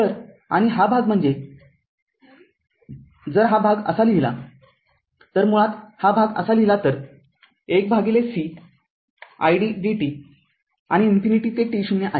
तरआणि हा भाग म्हणजे जर हा भाग असा लिहिला तर मुळात हा भाग असा लिहिला तर १c id dt आणि इन्फिनिटी ते t0 आहे